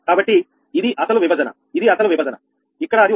కాబట్టి ఇది అసలు విభజన ఇది అసలు విభజన ఇక్కడ అది ఒకటి